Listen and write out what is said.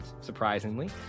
surprisingly